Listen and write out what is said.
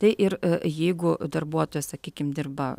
tai ir jeigu darbuotojas sakykime dirba